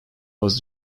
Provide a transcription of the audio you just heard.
was